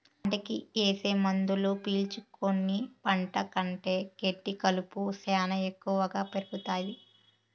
పంటకి ఏసే మందులు పీల్చుకుని పంట కంటే గెడ్డి కలుపు శ్యానా ఎక్కువగా పెరుగుతాది